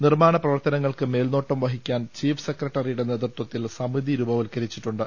നിർമ്മാണപ്രവർത്തനങ്ങൾക്ക് മേൽനോട്ടം വഹിക്കാൻ ചീഫ് സെക്രട്ടറിയുടെ നേതൃത്വത്തിൽ സമിതി രൂപവത്ക രിച്ചിട്ടുണ്ട്